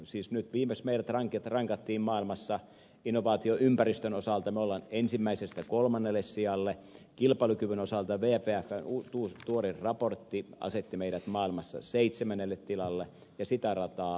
siis nyt viimeksi meidät rankattiin maailmassa innovaatioympäristön osalta ensimmäisestä kolmannelle sijalle kilpailukyvyn osalta wefn tuore raportti asetti meidät maailmassa seitsemännelle tilalle ja sitä rataa